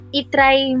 itry